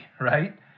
right